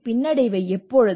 பின்னடைவு எப்போது